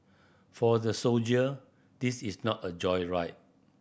for the soldier this is not a joyride